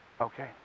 Okay